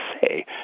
say